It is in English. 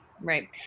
right